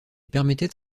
permettait